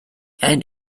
and